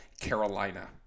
Carolina